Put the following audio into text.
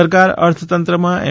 સરકાર અર્થતંત્રમાં એમ